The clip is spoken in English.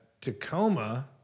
Tacoma